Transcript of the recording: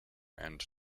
and